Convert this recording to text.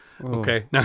okay